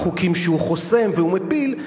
והחוקים שהוא חוסם והוא מפיל,